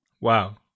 Wow